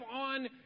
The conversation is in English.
on